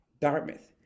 Dartmouth